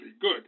good